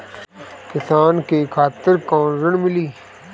किसान के खातिर कौन ऋण मिली?